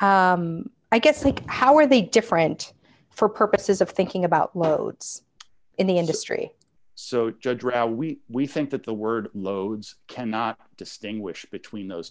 i guess like how are they different for purposes of thinking about what's in the industry so judge we we think that the word loads cannot distinguish between those